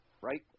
right